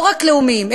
לא רק לאומיים,